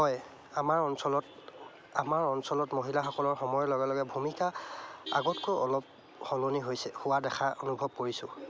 হয় আমাৰ অঞ্চলত আমাৰ অঞ্চলত মহিলাসকলৰ সময়ৰ লগে লগে ভূমিকা আগতকৈ অলপ সলনি হৈছে হোৱা দেখা অনুভৱ কৰিছোঁ